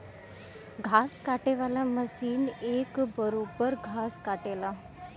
घास काटे वाला मशीन एक बरोब्बर घास काटेला